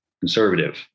conservative